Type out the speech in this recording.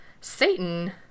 Satan